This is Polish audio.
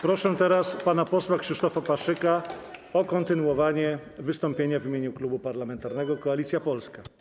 Proszę teraz pana posła Krzysztofa Paszyka o kontynuowanie wystąpienia w imieniu Klubu Parlamentarnego Koalicja Polska.